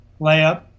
layup